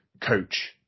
coach